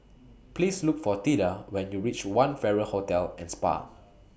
Please Look For Theda when YOU REACH one Farrer Hotel and Spa